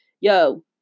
Yo